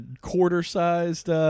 quarter-sized